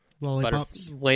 lollipops